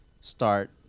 start